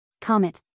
Comet